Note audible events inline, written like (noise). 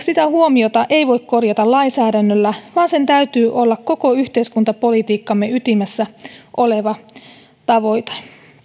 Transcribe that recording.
(unintelligible) sitä huomiota ei voi korjata lainsäädännöllä vaan sen täytyy olla koko yhteiskuntapolitiikkamme ytimessä oleva tavoite